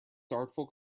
artful